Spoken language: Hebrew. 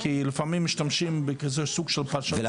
כי לפעמים משתמשים --- ולכן,